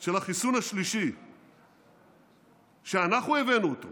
של החיסון השלישי שאנחנו הבאנו אותו